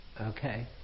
Okay